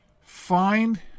Find